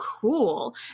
cool